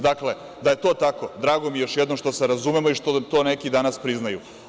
Dakle, da je to tako, drago mi je što se razumemo i što to neki danas priznaju.